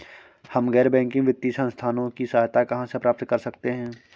हम गैर बैंकिंग वित्तीय संस्थानों की सहायता कहाँ से प्राप्त कर सकते हैं?